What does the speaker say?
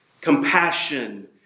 compassion